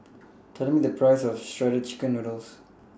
Tell Me The Price of Shredded Chicken Noodles